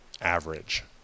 average